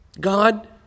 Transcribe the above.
God